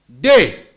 day